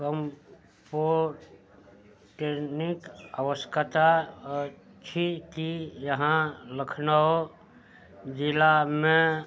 कम्पोटेनिक आवश्यकता अछि कि यहाँ लखनउ जिलामे